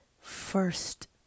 first